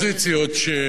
חבר הכנסת גלאון,